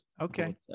Okay